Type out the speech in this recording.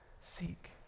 seek